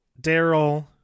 Daryl